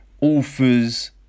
authors